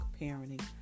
parenting